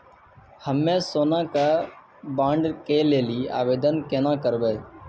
हम्मे सोना के बॉन्ड के लेली आवेदन केना करबै?